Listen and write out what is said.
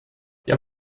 jag